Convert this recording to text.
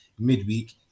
midweek